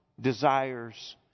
desires